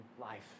life